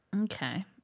Okay